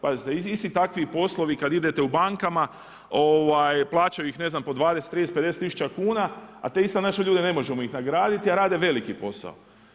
Pazite, isti takvi poslovi, kada idete u bankama, plaćaju ne znam po 20, 30, 50 tisuća kuna, a te iste naše ljude ne možemo ih nagraditi, a rade veliki posao.